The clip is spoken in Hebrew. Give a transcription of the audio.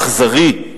האכזרי.